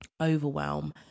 overwhelm